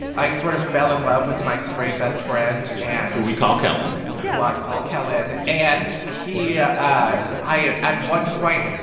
i sort of fell in love with my straight best friend and. who we call kellan who i call kellan and he yeah i, at one point,